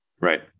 Right